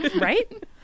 Right